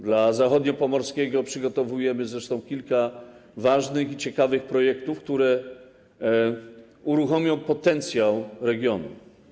Dla Zachodniopomorskiego przygotowujemy zresztą kilka ważnych i ciekawych projektów, które uruchomią potencjał regionu.